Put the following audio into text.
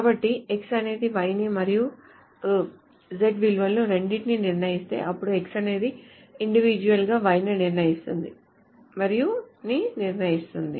కాబట్టి X అనేది Y మరియు Z విలువలను రెండింటిని నిర్ణయిస్తేఅప్పుడు X అనేది ఇండివిడ్యువల్ గా Y ని నిర్ణయిస్తుంది మరియు ని నిర్ణయిస్తుంది